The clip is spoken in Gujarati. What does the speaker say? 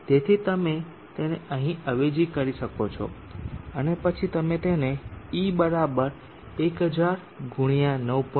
તેથી તમે તેને અહીં અવેજી કરી શકો છો અને પછી તમે તેને E 1000 × 9